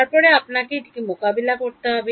তারপরে আপনাকে এটিকে মোকাবেলা করতে হবে